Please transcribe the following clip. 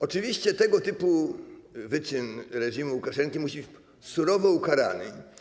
Oczywiście tego typu wyczyn reżimu Łukaszenki musi być surowo ukarany.